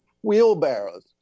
wheelbarrows